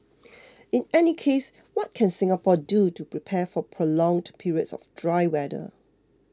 in any case what can Singapore do to prepare for prolonged periods of dry weather